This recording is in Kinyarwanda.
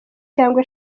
cyangwa